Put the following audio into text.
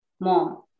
Mom